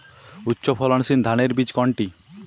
উচ্চ ফলনশীল ধানের বীজ কোনটি?